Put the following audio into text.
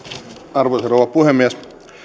arvoisa rouva puhemies